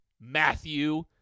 matthew